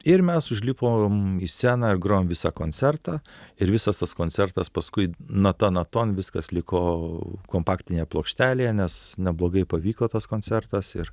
ir mes užlipom į sceną grojom visą koncertą ir visas tas koncertas paskui nata naton viskas liko kompaktinėje plokštelėje nes neblogai pavyko tas koncertas ir